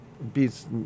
Beats